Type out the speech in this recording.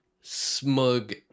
Smug